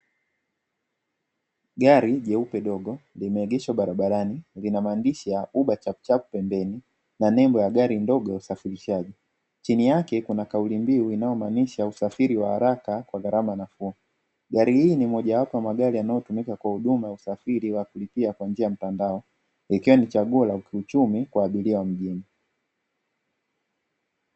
Gari jeupe dogo limeegeshwa barabarani lina maandishi ya uba chapuchapu pembeni na nembo ya gari dogo la usafirishaji, chini yake kuna kuna kauli mbiu, inayomaanisha usafiri wa haraka kwa gharama na fuu gari hii ni mojawapo ya magari yanayotumika kwa huduma ya usafiri wa kulipia kwa njia ya mtandao, ikiwa ni chaguo la kiuchumi kwa abiria wa mjini.